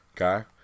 Okay